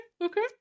okay